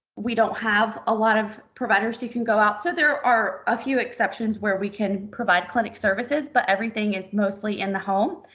we don't have a lot of providers who can go out. so there are a few exceptions where we can provide clinic services, but everything is mostly in the home.